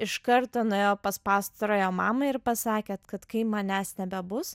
iš karto nuėjo pas pastarojo mamą ir pasakėt kad kai manęs nebebus